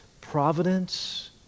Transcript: providence